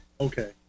Okay